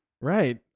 Right